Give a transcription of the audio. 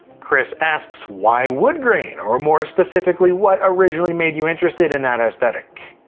chris asks, why woodgrain? or more specifically, what originally made you interested in that aesthetic?